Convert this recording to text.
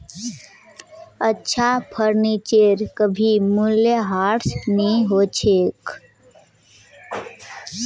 अच्छा फर्नीचरेर कभी मूल्यह्रास नी हो छेक